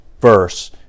verse